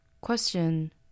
Question